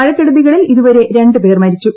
മഴക്കെടുതികളിൽ ഇതുവരെ രണ്ട് പേർ മരിച്ചു